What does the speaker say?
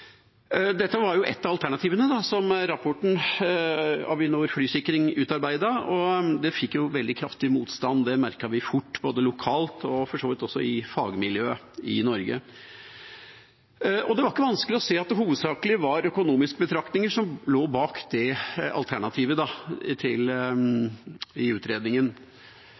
Dette var et av alternativene i rapporten som Avinor Flysikring utarbeidet. Det fikk veldig kraftig motstand, det merket vi fort, både lokalt og for så vidt også i fagmiljøet i Norge. Det var ikke vanskelig å se at det hovedsakelig var økonomiske betraktninger som lå bak det alternativet i utredningen.